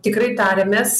kam tikrai tarėmės